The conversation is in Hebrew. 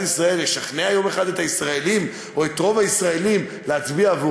ישראל ישכנע יום אחד את הישראלים או את רוב הישראלים להצביע עבורו,